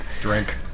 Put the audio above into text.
Drink